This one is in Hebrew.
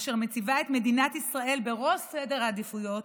אשר מציבה את מדינת ישראל בראש סדר העדיפויות